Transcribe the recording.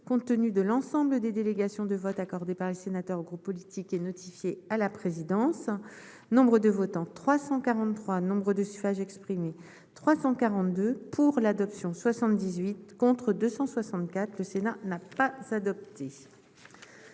compte tenu de l'ensemble des délégations de vote accordé par les sénateurs aux groupes politiques et notifié à la présidence, nombre de votants 343 Nombre de suffrages exprimés 342 pour l'adoption 78 contre 264 le Sénat n'a pas s'adapter